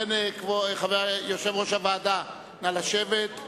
יושב-ראש הוועדה, נא לשבת.